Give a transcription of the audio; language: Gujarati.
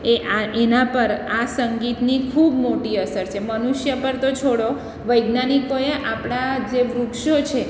એ આ એના પર આ સંગીતની ખૂબ મોટી અસર છે મનુષ્ય પર તો છોડો વૈજ્ઞાનિકોએ આપણા જે વૃક્ષો છે